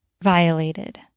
violated